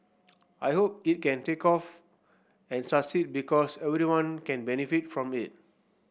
I hope it can take off and succeed because everyone can benefit from it